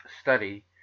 study